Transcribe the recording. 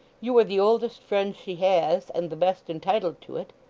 you are the oldest friend she has, and the best entitled to it